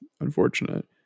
unfortunate